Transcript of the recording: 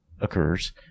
occurs